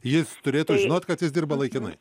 jis turėtų žinot kad jis dirba laikinai